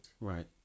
Right